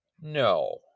No